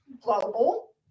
global